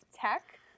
tech